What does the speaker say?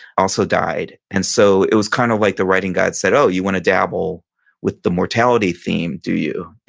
also died. and so, it was kind of like the writing gods said, oh, you want to dabble with the mortality theme do you?